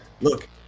look